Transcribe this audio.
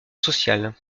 sociale